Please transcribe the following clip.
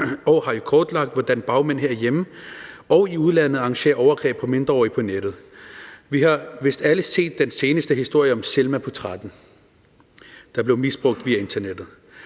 jo blevet kortlagt, hvordan bagmænd herhjemme og i udlandet arrangerer overgreb på mindreårige på nettet. Vi har vist alle set den seneste historie om Selma på 13 år, der blev misbrugt via internettet.